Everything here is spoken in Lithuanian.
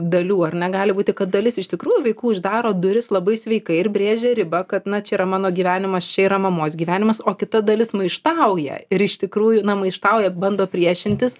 dalių ar ne gali būti kad dalis iš tikrųjų vaikų uždaro duris labai sveikai ir brėžia ribą kad na čia yra mano gyvenimas čia yra mamos gyvenimas o kita dalis maištauja ir iš tikrųjų na maištauja bando priešintis